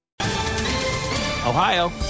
Ohio